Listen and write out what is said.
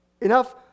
Enough